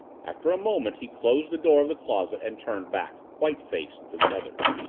after a moment he closed the door of the closet and turned back, white-faced, to the others.